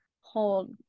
Hold-